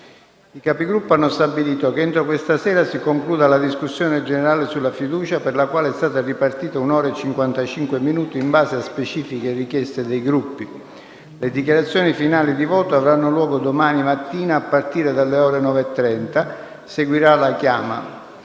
I Capigruppo hanno stabilito che entro questa sera si concluda la discussione sulla fiducia, per la quale è stata ripartita un'ora e cinquantacinque minuti in base a specifiche richieste dei Gruppi. Le dichiarazioni finali di voto avranno luogo domani mattina a partire dalle ore 9,30. Seguirà la chiama.